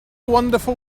wonderful